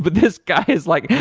but this guy is like,